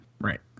Right